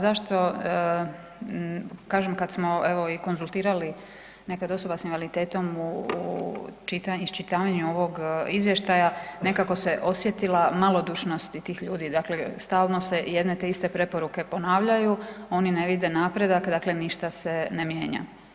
Zašto kažem kad smo i konzultirali nekad osoba s invaliditetom u iščitavanju ovog izvještaja nekako se osjetila malodušnost tih ljudi, dakle stalo se jedne te iste preporuke ponavljaju, oni ne vide napredak dakle ništa se ne mijenja.